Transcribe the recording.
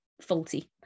faulty